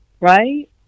Right